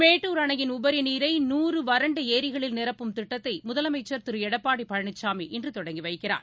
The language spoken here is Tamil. மேட்டுர் அணையின் உபரிநீரை நூறு வறண்டஏரிகளில் நிரப்பும் திட்டத்தைமுதலமைச்ச் திருளடப்பாடிபழனிசாமி இன்றுதொடங்கிவைக்கிறார்